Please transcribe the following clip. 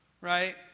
right